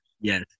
Yes